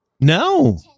No